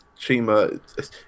Chima